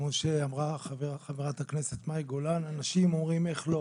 כמו שאמרה חה"כ מאי גולן, אנשים שואלים: איך לא?